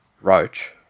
Roach